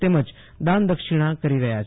તેમજ દાન દક્ષિણા કરી રહ્યા છે